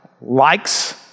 likes